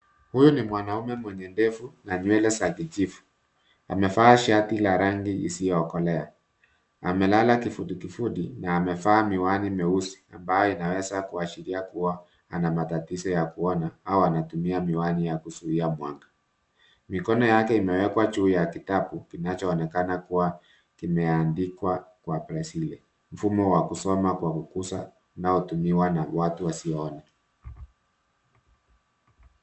Huyu ni mwanaume mwenye ndevu na nywele za vijivu. Amevaa shati la rangi isiyokolea amelala kifudikifudi na amevaa miwani meusi ambayo inaweza kuashiria kuwa ana matatizo ya kuona ama anatumia miwani ya kuzuia mwanga. Mikono yake imewekwa juu ya kitabu kinachoonekana kuwa kimeandikwa kwa breli mfumo wa kusoma wa kugusa unaotumiwa na watu wasioona.